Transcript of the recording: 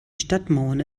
stadtmauern